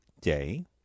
day